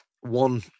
one